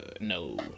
no